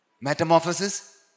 Metamorphosis